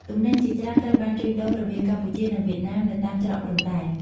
ទំនិញជាច្រើនត្រូវបានជួញដូររវាងកម្ពុជានិងវៀតណាមនៅតាមច្រកព្រំដែន។